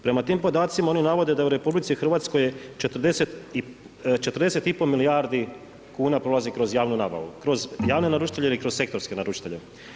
Prema tim podacima oni navode da je u RH 4 i pol milijardi prolazi kroz javnu nabavu, kroz javne naručitelje ili kroz sektorske naručitelje.